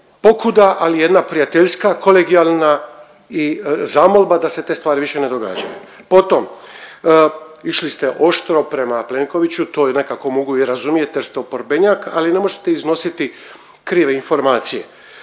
pokuda, ali jedna prijateljska, kolegijalna zamolba da se te stvari više ne događaju. Potom, išli ste oštro prema Plenkoviću, to nekako mogu i razumjet jer ste oporbenjak, ali ne možete iznositi krive informacije,